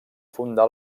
fundà